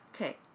Okay